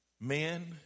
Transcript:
men